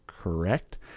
correct